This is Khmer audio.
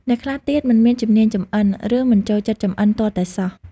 អ្នកខ្លះទៀត មិនមានជំនាញចម្អិន ឬមិនចូលចិត្តចម្អិនទាល់តែសោះ។